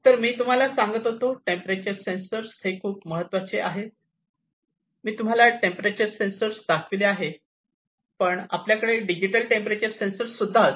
जसे मी तुम्हाला सांगत होतो टेंपरेचर सेन्सर हे खूप महत्त्वाचे आहेत मी तुम्हाला टेंपरेचर सेन्सर दाखविलेले आहे पण आपल्याकडे डिजिटल टेंपरेचर सेन्सर सुद्धा असते